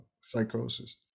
psychosis